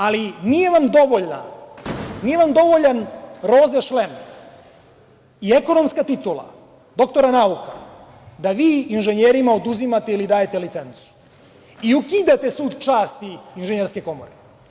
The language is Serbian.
Ali, nije vam dovoljan roze šlem i ekonomska titula doktora nauka, da vi inženjerima oduzimate ili dajete licencu, i ukidate Sud časti Inženjerske komore.